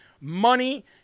money